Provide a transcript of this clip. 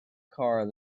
car